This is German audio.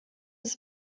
des